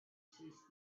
since